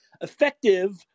Effective